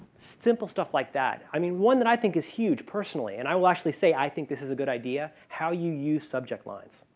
simple stuff like that. i mean, one that i think is huge personally and i will actually say i think this is a good idea, how you use subject lines.